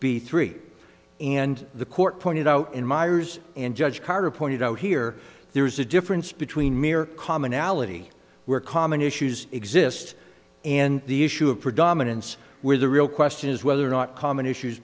b three and the court pointed out in miers and judge carter pointed out here there is a difference between mere commonality where common issues exist and the issue of predominance where the real question is whether or not common issues